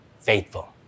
faithful